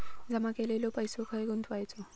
जमा केलेलो पैसो खय गुंतवायचो?